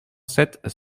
sept